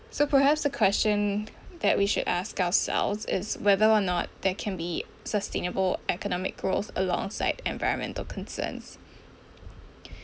so perhaps a question that we should ask ourselves is whether or not there can be sustainable economic growth alongside environmental concerns